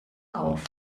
auf